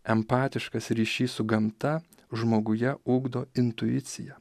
empatiškas ryšys su gamta žmoguje ugdo intuiciją